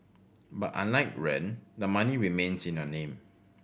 but unlike rent the money remains in your name